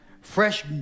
fresh